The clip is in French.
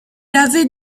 avait